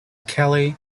kelley